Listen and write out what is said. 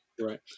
Right